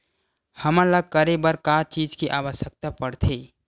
हमन ला करे बर का चीज के आवश्कता परथे?